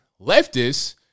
leftists